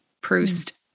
Proust